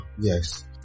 yes